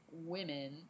women